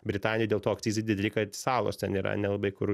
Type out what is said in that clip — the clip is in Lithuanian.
britanijoj dėl to akcizai dideli kad salos ten yra nelabai kur